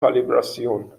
کالیبراسیون